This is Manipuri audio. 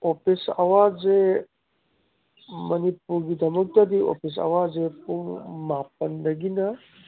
ꯑꯣꯐꯤꯁ ꯑꯋꯥꯔꯁꯦ ꯃꯔꯤꯄꯨꯔꯒꯤꯗꯃꯛꯇꯗꯤ ꯑꯣꯐꯤꯁ ꯑꯋꯥꯔꯁꯦ ꯄꯨꯡ ꯃꯥꯄꯟꯗꯒꯤꯅ